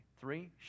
Three